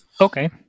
Okay